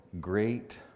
great